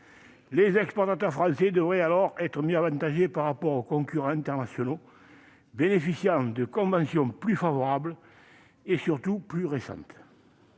Les exportateurs français devraient alors être mieux avantagés par rapport aux concurrents internationaux, bénéficiant de conventions plus favorables et, surtout, plus récentes.